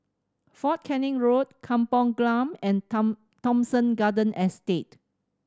Fort Canning Road Kampung Glam and Tom Thomson Garden Estate